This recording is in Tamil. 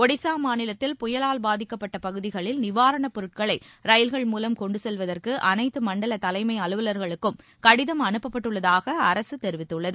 ஒடிசா மாநிலத்தில் புயலால் பாதிக்கப்பட்ட பகுதிகளில் நிவாரணப் பொருட்களை ரயில்கள் மூலம் கொண்டு செல்வதற்கு அனைத்து மண்டல தலைமை அலுவலர்களுக்கும் கடிதம் அனுப்பப்பட்டுள்ளதாக அரசு தெரிவித்துள்ளது